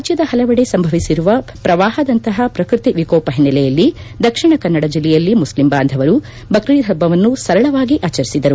ರಾಜ್ಯದ ಹಲವೆಡೆ ಸಂಭವಿಸಿರುವ ಪ್ರವಾಪದಂತಪ ಪ್ರಕೃತಿ ವಿಕೋಪ ಹಿನ್ನೆಲೆಯಲ್ಲಿ ದಕ್ಷಿಣ ಕನ್ನಡ ಜಿಲ್ಲೆಯಲ್ಲಿ ಮುಚ್ಲಿಂ ಬಾಂಧವರು ಬಕ್ರಿದ್ ಹಬ್ಬವನ್ನು ಸರಳವಾಗಿ ಆಚರಿಸಿದರು